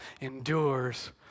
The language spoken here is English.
endures